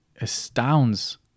astounds